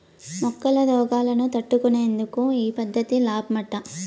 మొక్కల రోగాలను తట్టుకునేందుకు ఈ పద్ధతి లాబ్మట